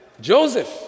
Joseph